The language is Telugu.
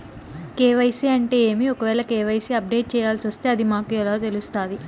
కె.వై.సి అంటే ఏమి? ఒకవేల కె.వై.సి అప్డేట్ చేయాల్సొస్తే అది మాకు ఎలా తెలుస్తాది?